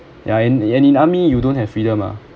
ya and in and in army you don't have freedom ah